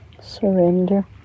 Surrender